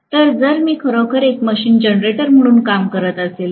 तर जर मी खरोखर एक मशीन जनरेटर म्हणून काम करत असेल तर